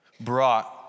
brought